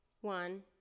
one